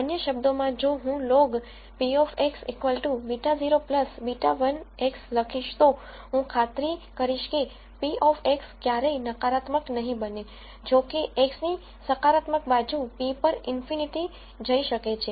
અન્ય શબ્દોમાં જો હું લોગ p β0 β1 x લખીશ તો હું ખાતરી કરીશ કે p of x ક્યારેય નેગેટિવ નહીં બને જો કે x ની પોઝિટિવ બાજુ p પર ∞ જઈ શકે છે